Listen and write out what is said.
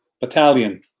Battalion